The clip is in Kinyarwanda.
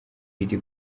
riri